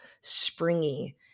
springy